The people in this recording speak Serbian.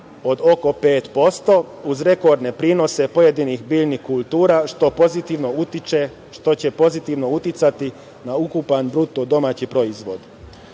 od oko 5% uz rekordne prinose pojedinih biljnih kultura što će pozitivno uticati na ukupan BDP.Složićemo se da